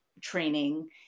training